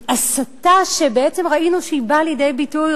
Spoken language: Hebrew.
הסתה שבעצם ראינו שהיא באה לידי ביטוי